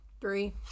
Three